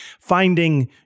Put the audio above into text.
finding